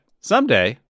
Someday